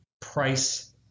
price